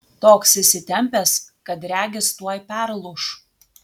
toks įsitempęs kad regis tuoj perlūš